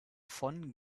von